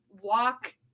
walk